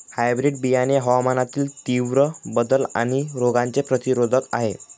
hybrid बियाणे हवामानातील तीव्र बदल आणि रोगांचे प्रतिरोधक आहे